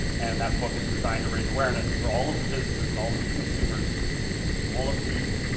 and that book is designed to raise awareness for all of the businesses and all of the consumers all of the